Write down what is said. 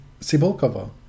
Sibolkova